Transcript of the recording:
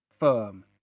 firm